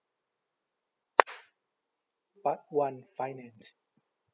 part one finance